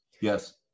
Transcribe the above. Yes